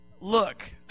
look